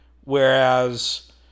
whereas